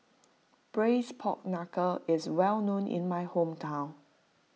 Braised Pork Knuckle is well known in my hometown